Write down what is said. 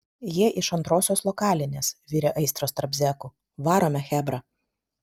jie iš antrosios lokalinės virė aistros tarp zekų varome chebra